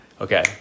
okay